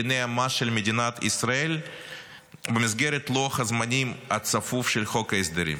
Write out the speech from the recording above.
בדיני המס של מדינת ישראל במסגרת לוח הזמנים הצפוף של חוק ההסדרים.